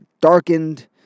darkened